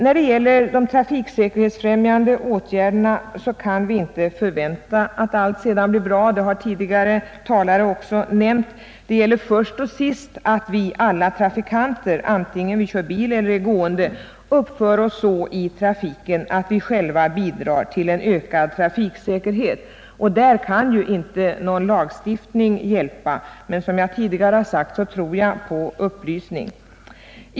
När det gäller de trafiksäkerhetsfrämjande åtgärderna kan vi inte förvänta att allt skall bli bra bara de genomföres. Det har flera talare påpekat. Det gäller först och sist att alla trafikanter antingen vi kör bil eller är gående uppför oss så i trafiken att vi själva bidrar till en ökad trafiksäkerhet. Där kan inte någon lagstiftning hjälpa, men som jag tidigare sagt tror jag på upplysning.